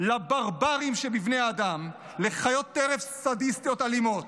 לברברים שבבני אדם, לחיות טרף סדיסטיות, אלימות,